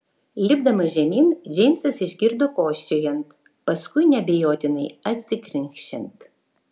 lipdamas žemyn džeimsas išgirdo kosčiojant paskui neabejotinai atsikrenkščiant